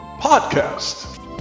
podcast